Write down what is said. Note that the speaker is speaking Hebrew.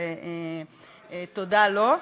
ותודה לו.